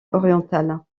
orientales